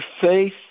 faith